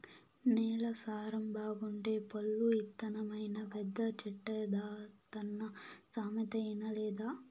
నేల సారం బాగుంటే పొల్లు ఇత్తనమైనా పెద్ద చెట్టైతాదన్న సామెత ఇనలేదా